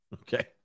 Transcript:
Okay